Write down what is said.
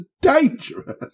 dangerous